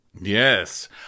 Yes